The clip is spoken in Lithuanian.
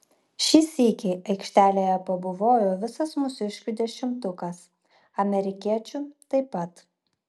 šį sykį aikštelėje pabuvojo visas mūsiškių dešimtukas amerikiečių taip pat